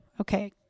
Okay